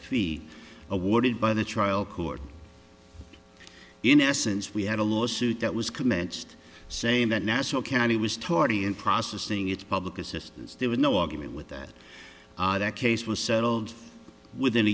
awarded by the trial court in essence we had a lawsuit that was commenced saying that nassau county was tardy in processing it public assistance there was no argument with that that case was settled within a